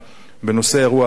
בנושא אירוע המשט,